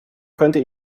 könnte